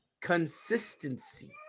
Consistency